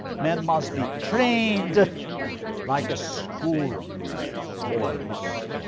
man must be trained like a school horse.